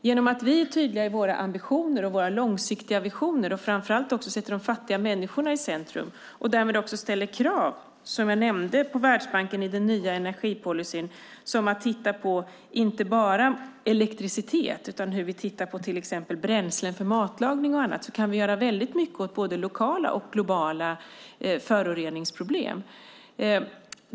Genom att vi är tydliga i våra ambitioner och långsiktiga visioner och framför allt sätter de fattiga människorna i centrum och därmed också, som jag nämnde, ställer krav på Världsbanken beträffande den nya energipolicyn att titta inte bara på elektricitet utan till exempel också på bränsle för matlagning och annat. Då kan vi göra väldigt mycket åt både lokala och globala föroreningsproblem.